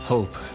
Hope